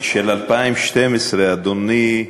של 2012. של 2012. אדוני,